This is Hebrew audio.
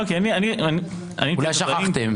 אולי שכחתם.